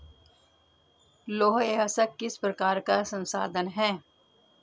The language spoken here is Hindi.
लौह अयस्क किस प्रकार का संसाधन है?